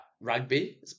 rugby